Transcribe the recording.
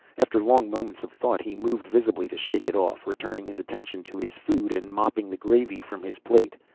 after long moments of thought he moved visibly to shake it off. returning his attention to his food and mopping the gravy from his plate,